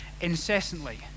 incessantly